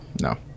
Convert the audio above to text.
No